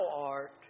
art